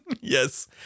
yes